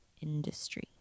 industry